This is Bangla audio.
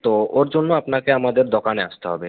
তো ওর জন্য আপনাকে আমাদের দোকানে আসতে হবে